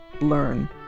Learn